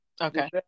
Okay